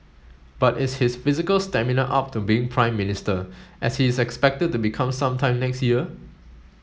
but is his physical stamina up to being Prime Minister as he is expected to become some time next year